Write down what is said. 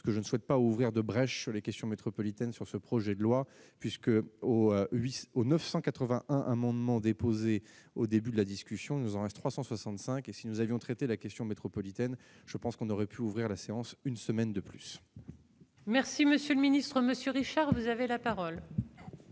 je ne souhaite pas ouvrir de brèche les questions métropolitaines sur ce projet de loi puisque au vice au 981 amendement déposé au début de la discussion, nous en reste 365 et si nous avions traité la question métropolitaine, je pense qu'on aurait pu ouvrir la séance, une semaine de plus. Merci monsieur le ministre monsieur Richard, vous avez la parole.